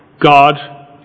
God